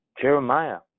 Jeremiah